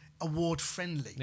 award-friendly